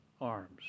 arms